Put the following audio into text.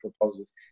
proposals